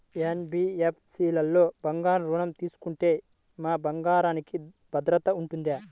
NBFC లలో బంగారు ఋణం తీసుకుంటే మా బంగారంకి భద్రత ఉంటుందా?